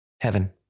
heaven